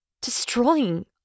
destroying